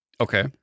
Okay